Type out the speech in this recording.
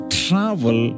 travel